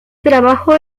trabajo